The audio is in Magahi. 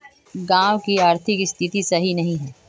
गाँव की आर्थिक स्थिति सही नहीं है?